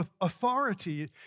Authority